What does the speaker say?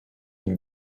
une